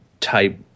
type